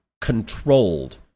controlled